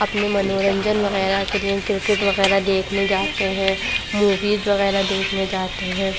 اپنے منورنجن وغیرہ کے لیے کرکٹ وغیرہ دیکھنے جاتے ہیں موویز وغیرہ دیکھنے جاتے ہیں